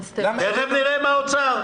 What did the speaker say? נראה מה יגיד האוצר.